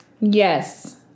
Yes